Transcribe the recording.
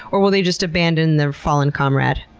or will they just abandon their fallen comrade?